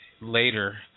later